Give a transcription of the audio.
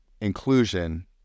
inclusion